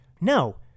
No